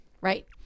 Right